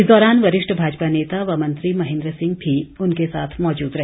इस दौरान वरिष्ठ भाजपा नेता व मंत्री महेंद्र सिंह भी उनके साथ मौजूद रहे